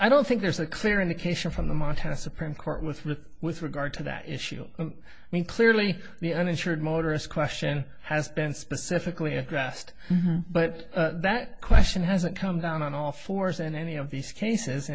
i don't think there's a clear indication from the montana supreme court with the with regard to that issue i mean clearly the uninsured motorist question has been specifically addressed but that question hasn't come down on all fours and any of these cases